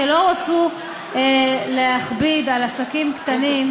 שלא רצו להכביד על עסקים קטנים,